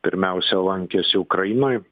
pirmiausia lankėsi ukrainoj